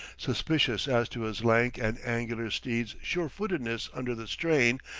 suspicious as to his lank and angular steed's sure-footedness under the strain,